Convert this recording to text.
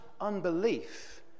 unbelief